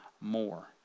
more